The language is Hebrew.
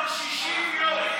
כבר 60 יום,